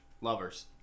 lovers